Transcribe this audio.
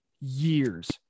years